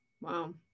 Wow